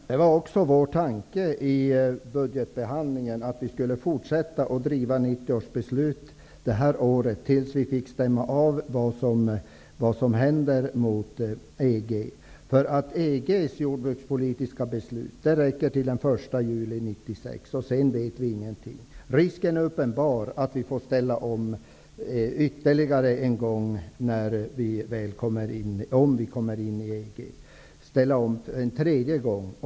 Herr talman! Det var också vår tanke i budgetbehandlingen att vi skulle fortsätta att tillägga 1990 års beslut även det här året tills vi kunde stämma av mot vad som händer inom EG. EG:s jordbrukspolitiska beslut sträcker sig till den 1 juli 1996. Sedan vet vi ingenting. Risken är uppenbar att vi får ställa om ytterligare en gång om vi kommer in i EG, alltså ställa om en tredje gång.